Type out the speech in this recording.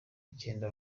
icyenda